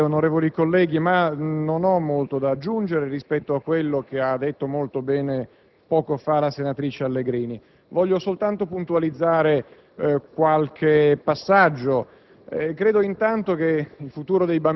Signor Presidente, onorevoli colleghi, non ho molto da aggiungere rispetto a quello che ha detto molto bene, poco fa, la senatrice Allegrini. Voglio soltanto puntualizzare qualche passaggio.